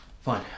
Fine